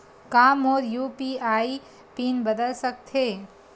का मोर UPI PIN बदल सकथे?